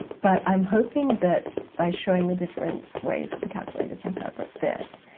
but i'm hoping that by showing the different ways that the calculators interpret this,